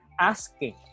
asking